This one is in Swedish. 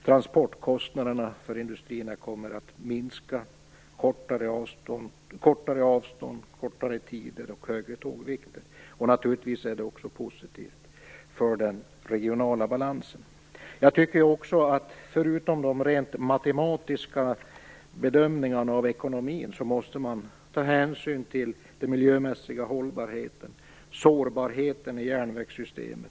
Transportkostnaderna för industrierna kommer att minska till följd av minskade avstånd, kortare tider och högre tågvikter. Naturligtvis är det också positivt för den regionala balansen. Jag tycker också att man förutom de rent matematiska bedömningarna av ekonomin måste ta hänsyn till den miljömässiga hållbarheten och sårbarheten i järnvägssystemet.